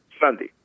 Sunday